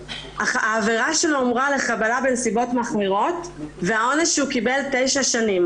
העבירה שלו הומרה לחבלה בנסיבות מחמירות והעונש שהוא קיבל הוא תשע שנים